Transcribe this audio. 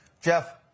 Jeff